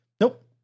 Nope